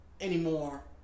anymore